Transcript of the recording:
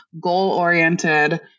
goal-oriented